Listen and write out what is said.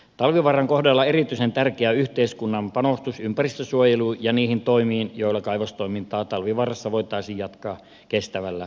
talvivaaran kohdalla erityisen tärkeää on yhteiskunnan panostus ympäristönsuojeluun ja niihin toimiin joilla kaivostoimintaa talvivaarassa voitaisiin jatkaa kestävällä tavalla